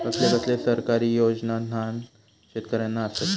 कसले कसले सरकारी योजना न्हान शेतकऱ्यांना आसत?